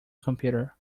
computer